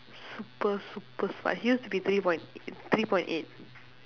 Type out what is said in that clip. super super smart he used to be three point three point eight